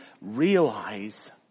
realize